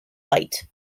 light